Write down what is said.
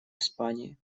испании